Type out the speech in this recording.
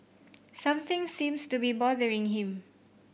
something seems to be bothering him